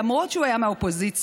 למרות שהוא היה מהאופוזיציה.